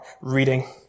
reading